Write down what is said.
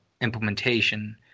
implementation